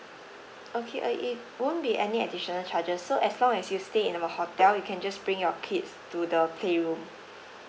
okay I it won't be any additional charges so as long as you stay in our hotel you can just bring your kids to the play room